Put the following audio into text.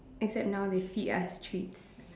except now they see us treat